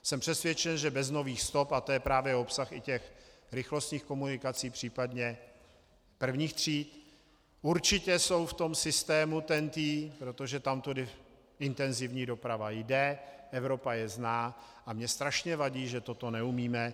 Jsem přesvědčen, že bez nových stop, a to je právě obsah i těch rychlostních komunikací, případně prvních tříd, určitě jsou v tom systému TENT, protože tamtudy intenzivní doprava jde, Evropa je zná, a mně strašně vadí, že toto neumíme.